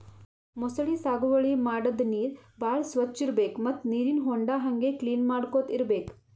ಮೊಸಳಿ ಸಾಗುವಳಿ ಮಾಡದ್ದ್ ನೀರ್ ಭಾಳ್ ಸ್ವಚ್ಚ್ ಇರ್ಬೆಕ್ ಮತ್ತ್ ನೀರಿನ್ ಹೊಂಡಾ ಹಂಗೆ ಕ್ಲೀನ್ ಮಾಡ್ಕೊತ್ ಇರ್ಬೆಕ್